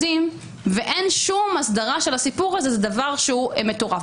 ואין שום הסדרה של הסיפור הזה זה דבר מטורף,